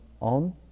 on